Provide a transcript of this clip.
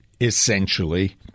essentially